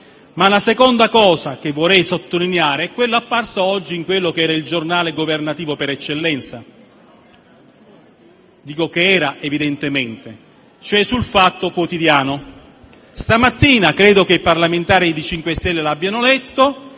La seconda cosa che vorrei sottolineare è quella apparsa oggi su quello che era il giornale governativo per eccellenza (dico che era, evidentemente), cioè su «Il fatto quotidiano». Stamattina - credo che i parlamentari 5 Stelle lo abbiano letto